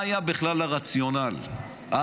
מה היה בכלל הרציונל אז?